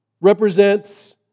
represents